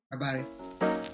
Bye-bye